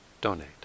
donate